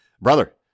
Brother